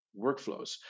workflows